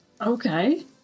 Okay